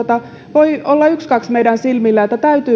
voi olla ykskaks meidän silmillä